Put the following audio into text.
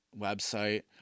website